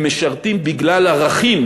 הם משרתים בגלל ערכים